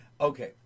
Okay